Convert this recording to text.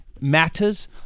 matters